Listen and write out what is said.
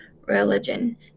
religion